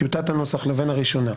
טיוטת הנוסח, לבין הראשונה.